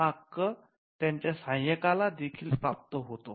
हा हक्क त्यांच्या सहाय्यकांला देखील प्राप्त होतो